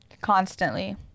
Constantly